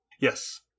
yes